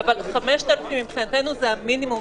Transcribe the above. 5,000 מבחינתנו זה המינימום.